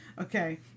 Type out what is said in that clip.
Okay